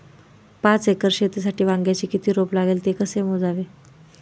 पाच एकर शेतीसाठी वांग्याचे किती रोप लागेल? ते कसे मोजावे?